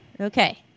okay